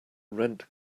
rent